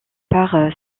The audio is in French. part